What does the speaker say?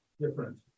different